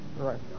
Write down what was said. Right